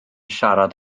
siarad